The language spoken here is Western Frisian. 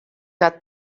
dat